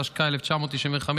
התשכ"ה 1965,